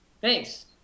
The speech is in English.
Thanks